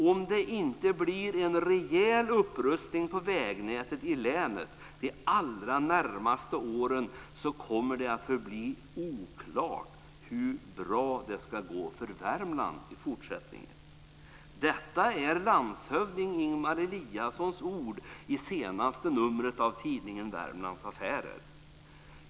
Om det inte blir en rejäl upprustning av vägnätet i länet de allra närmaste åren kommer det att förbli oklart hur bra det ska går för Detta är landshövding Ingemar Eliassons ord i senaste numret av tidningen Värmlands affärer.